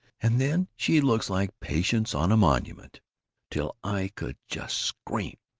and then she looks like patience on a monument till i could just scream.